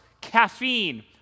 caffeine